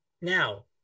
Now